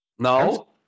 No